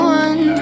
one